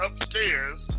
upstairs